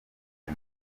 bwe